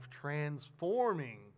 transforming